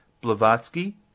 Blavatsky